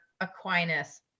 aquinas